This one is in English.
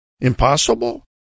Impossible